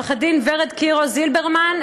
עורכת-הדין ורד קירו זילברמן,